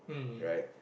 right